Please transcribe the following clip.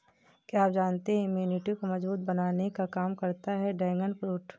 क्या आप जानते है इम्यूनिटी को मजबूत बनाने का काम करता है ड्रैगन फ्रूट?